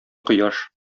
кояш